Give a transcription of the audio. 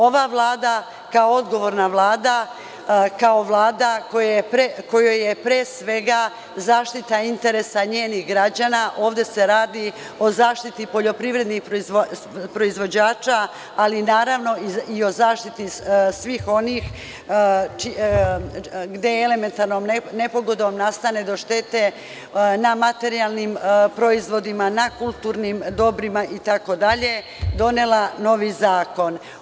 Ova Vlada je, kao odgovorna Vlada, kao Vlada kojoj je pre svega zaštita interesa njenih građana, ovde se radi o zaštiti poljoprivrednih proizvođača, ali naravno i o zaštiti svih onih gde elementarnom nepogodom nastane šteta na materijalnim proizvodima, na kulturnim dobrima, donela novi zakon.